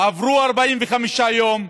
עברו 45 יום,